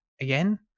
again